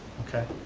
okay.